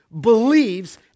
believes